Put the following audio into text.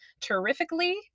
terrifically